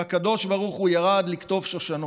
והקדוש ברוך הוא ירד לקטוף שושנים.